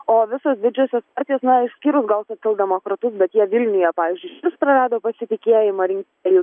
o visos didžiosios partijos na išskyrus gal socialdemokratus bet jie vilniuje pavyzdžiui išvis prarado pasitikėjimą rinkėjų